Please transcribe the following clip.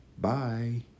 bye